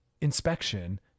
inspection